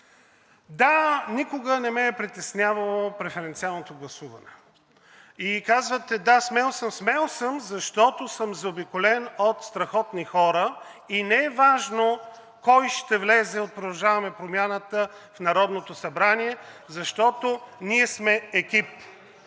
да, никога не ме е притеснявало преференциалното гласуване. И казвате – да, смел съм, смел съм, защото съм заобиколен от страхотни хора и не е важно кой ще влезе от „Продължаваме Промяната“ в Народното събрание, защото ние сме екип.